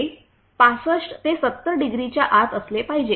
ते 65 70 डिग्रीच्या आत असले पाहिजे